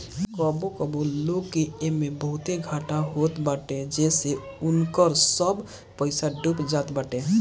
कबो कबो लोग के एमे बहुते घाटा होत बाटे जेसे उनकर सब पईसा डूब जात बाटे